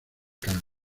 calma